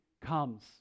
comes